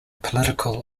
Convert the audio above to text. political